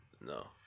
No